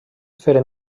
feren